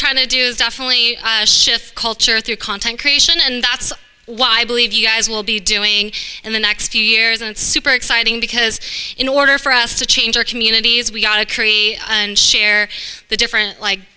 trying to do is definitely shift culture through content creation and that's why i believe you guys will be doing in the next few years and super exciting because in order for us to change our communities we've got to create and share the different like